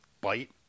bite